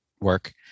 work